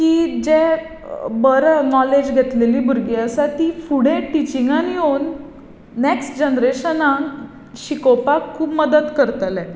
जे बरे नोलेज घेतिल्ली भुरगीं आसा तीं फुडें टिचिंगांत येवन नॅक्स्ट जनरेशनाक शिकोवपाक खूब मदत करतले